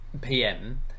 pm